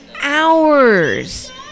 hours